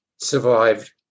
survived